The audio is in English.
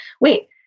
wait